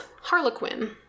Harlequin